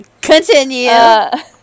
continue